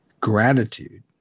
gratitude